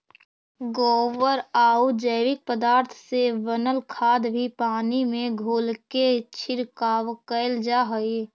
गोबरआउ जैविक पदार्थ से बनल खाद भी पानी में घोलके छिड़काव कैल जा हई